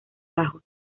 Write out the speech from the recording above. bajos